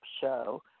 show